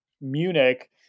Munich